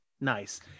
nice